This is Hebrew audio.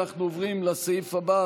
אנחנו עוברים לסעיף הבא,